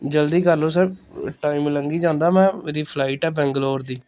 ਜਲਦੀ ਕਰ ਲਓ ਸਰ ਟਾਈਮ ਲੰਘੀ ਜਾਂਦਾ ਮੈਂ ਮੇਰੀ ਫਲਾਈਟ ਆ ਬੈਂਗਲੋਰ ਦੀ